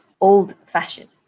old-fashioned